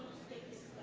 six